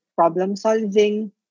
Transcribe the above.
Problem-solving